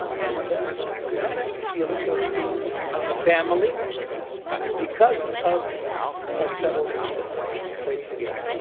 and we had a feeling of being a family because of our settling in this place together